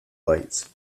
lights